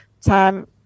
time